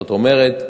זאת אומרת,